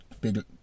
big